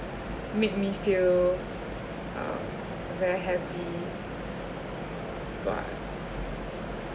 make me feel um very happy but